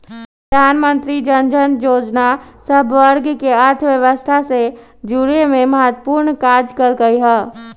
प्रधानमंत्री जनधन जोजना सभ वर्गके अर्थव्यवस्था से जुरेमें महत्वपूर्ण काज कल्कइ ह